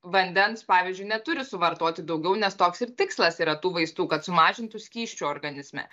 vandens pavyzdžiui neturi suvartoti daugiau nes toks ir tikslas yra tų vaistų kad sumažintų skysčių organizme